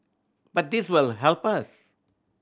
but this will help us